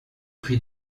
prix